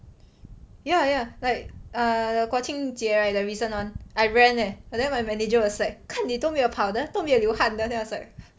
ya ya like err 国庆节 right the recent [one] I ran leh but then my manager was like 看你都没有跑的都没有流汗的 there I was like